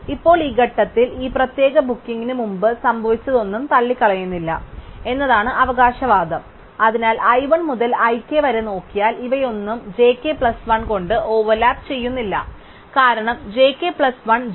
ഇപ്പോൾ ഈ ഘട്ടത്തിൽ ഈ പ്രത്യേക ബുക്കിംഗ് മുമ്പ് സംഭവിച്ചതൊന്നും തള്ളിക്കളയുന്നില്ല എന്നതാണ് അവകാശവാദം അതിനാൽ i 1 മുതൽ i k വരെ നോക്കിയാൽ ഇവയൊന്നും j k പ്ലസ് 1 കൊണ്ട് ഓവർലാപ്പ് ചെയ്യുന്നില്ല കാരണം j k പ്ലസ് 1 j ന് ശേഷം j k